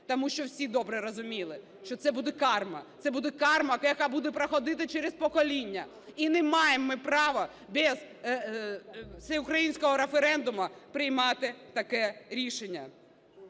тому що всі добре розуміли, що це буде карма, це буде карма, яка буде проходити через покоління. І не маємо ми права без всеукраїнського референдуму приймати таке рішення.